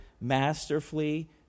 masterfully